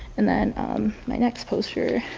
and then my next poster,